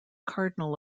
cardinal